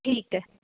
ਠੀਕ ਹੈ